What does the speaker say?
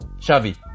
Xavi